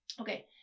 Okay